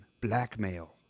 blackmail